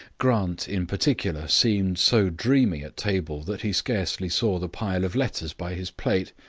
grant, in particular, seemed so dreamy at table that he scarcely saw the pile of letters by his plate,